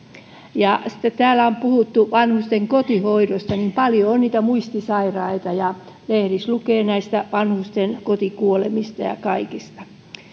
sitten täällä on puhuttu vanhusten kotihoidosta ja paljon on niitä muistisairaita ja lehdissä lukee näistä vanhusten kotikuolemista ja kaikesta